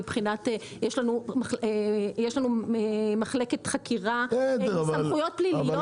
יש לנו מחלקת חקירה וסמכויות פליליות